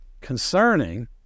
concerning